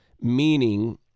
meaning